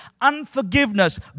unforgiveness